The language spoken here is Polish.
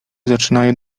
zaczynają